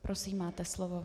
Prosím, máte slovo.